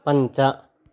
पञ्च